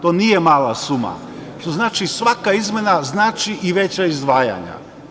To nije mala suma, što znači svaka izmena znači i veća izdvajanja.